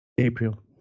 April